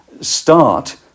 start